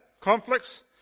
Conflicts